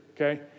okay